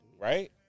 right